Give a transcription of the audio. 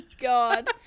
god